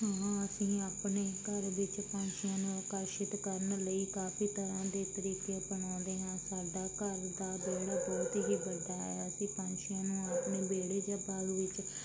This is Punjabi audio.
ਹਾਂ ਅਸੀਂ ਆਪਣੇ ਘਰ ਵਿੱਚ ਪੰਛੀਆਂ ਨੂੰ ਆਕਰਸ਼ਿਤ ਕਰਨ ਲਈ ਕਾਫੀ ਤਰ੍ਹਾਂ ਦੇ ਤਰੀਕੇ ਅਪਣਾਉਂਦੇ ਹਾਂ ਸਾਡਾ ਘਰ ਦਾ ਵਿਹੜਾ ਬਹੁਤ ਹੀ ਵੱਡਾ ਹੈ ਅਸੀਂ ਪੰਛੀਆਂ ਨੂੰ ਆਪਣੇ ਵਿਹੜੇ ਜਾਂ ਬਾਗ ਵਿੱਚ